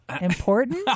Important